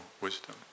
wisdom